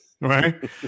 right